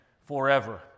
forever